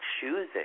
choosing